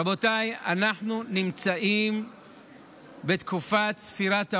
רבותיי, אנחנו נמצאים בתקופת ספירת העומר.